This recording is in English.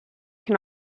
can